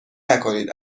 نکنید